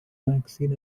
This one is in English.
vaccine